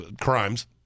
crimes